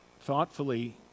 thoughtfully